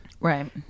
right